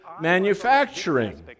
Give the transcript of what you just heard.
manufacturing